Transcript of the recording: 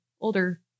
older